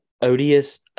Odious